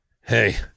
hey